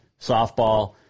softball